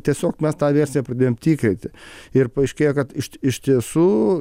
tiesiog mes tą versiją pradėjom tikrinti ir paaiškėjo kad iš tiesų